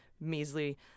measly